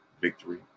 victory